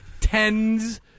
Tens